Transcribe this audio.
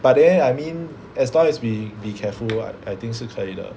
but then I mean as long as we be careful I think 是可以的